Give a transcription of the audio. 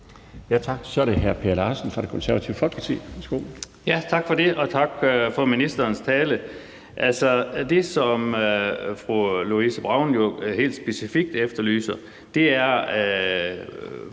Tak for det, og tak for ministerens tale. Det, som fru Louise Brown jo helt specifikt efterlyser, skal ses,